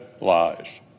lies